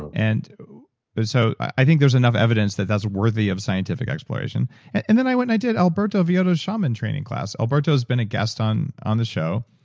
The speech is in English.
and but so i think there's enough evidence that that's worthy of scientific exploration and and then, i went and i did alberto villoldo's shaman training class. alberto's been a guest on on the show.